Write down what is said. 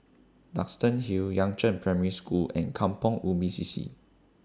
Duxton Hill Yangzheng Primary School and Kampong Ubi C C